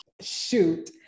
shoot